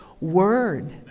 word